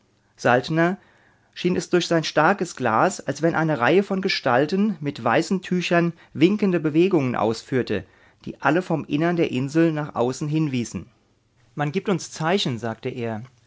saltner schien es durch sein starkes glas als wenn eine reihe von gestalten mit weißen tüchern winkende bewegungen ausführte die alle vom innern der insel nach außen hin wiesen man gibt uns zeichen sagte er